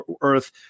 Earth